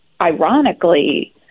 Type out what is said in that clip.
ironically